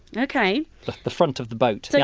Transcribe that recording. the kind of the front of the boat. like